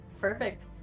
Perfect